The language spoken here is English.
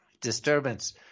disturbance